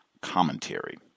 commentary